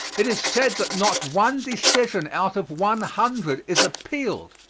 it is said that not one decision out of one hundred is appealed,